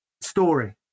story